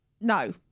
no